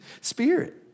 Spirit